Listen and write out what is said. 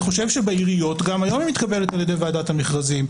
אני חושב שבעיריות גם היום היא מתקבלת על ידי ועדת המכרזים.